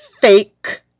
fake